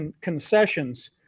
concessions